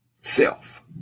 Self